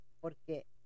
porque